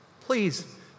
Please